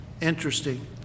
interesting